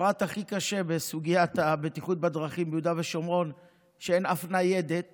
הפרט הכי קשה בסוגיית הבטיחות בדרכים ביהודה ושומרון הוא שאין אף ניידת